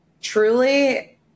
Truly